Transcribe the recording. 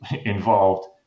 involved